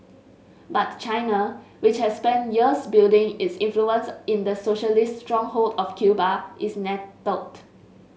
but China which has spent years building its influence in the socialist stronghold of Cuba is nettled